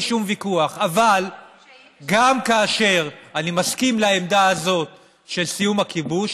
אבל גם כאשר אני מסכים עם העמדה הזאת של סיום הכיבוש,